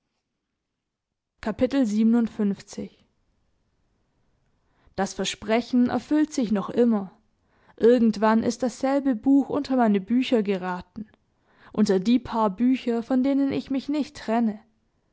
das versprechen erfüllt sich noch immer irgendwann ist dasselbe buch unter meine bücher geraten unter die paar bücher von denen ich mich nicht trenne